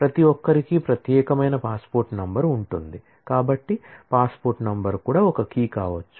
ప్రతిఒక్కరికీ ప్రత్యేకమైన passport number కూడా కావచ్చు